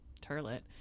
turlet